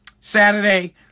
Saturday